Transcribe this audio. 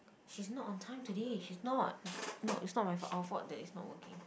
she's not on time today she's not no it's not my fault our fault that it's not working